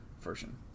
version